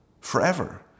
forever